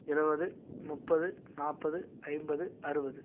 இரபது முப்பது நாற்பது ஐம்பது அறுபது